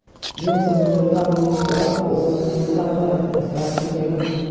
ऋण समझौता बुइझ क ओ समझौता पर हस्ताक्षर केलैन